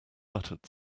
buttered